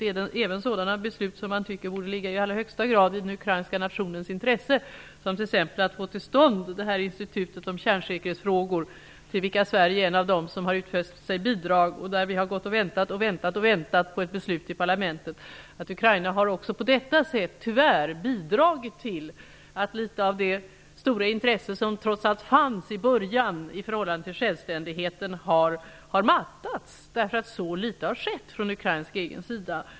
Det gäller även sådana beslut som man tycker borde i allra högsta grad ligga i den ukrainska nationens intresse -- som t.ex. att få till stånd institutet om kärnsäkerhetsfrågor, där Sverige är en av dem som har utfäst bidrag. Vi har gått och väntat länge på ett beslut i parlamentet. Ukraina har tyvärr på detta sätt bidragit till att litet av det stora intresse som trots allt fanns i början av självständigheten har mattats, eftersom så litet har skett från ukrainsk sida.